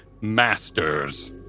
masters